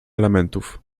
elementów